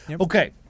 Okay